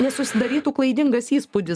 nesusidarytų klaidingas įspūdis